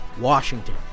Washington